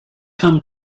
come